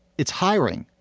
it's hiring.